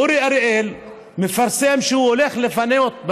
אורי אריאל מפרסם שהוא הולך לפנות,